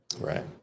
right